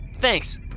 thanks